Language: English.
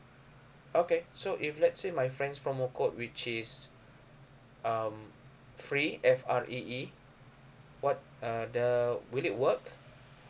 okay so if let's say my friend's promo code which is um free F R E E what are the will it work